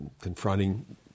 confronting